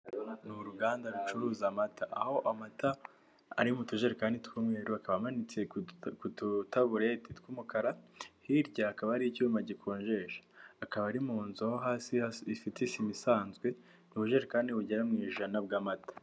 Ni uruganda rucuruza amata, aho amata ari mu tujerekani tw'umweru, akaba amanitse ku dutabureti tw'umukara, hirya hakaba hari icyuma gikonjesha, akaba ari mu nzu, aho hasi ifite isima isanzwe, ni ubujerekani kandi bugera mu ijana bw'amata.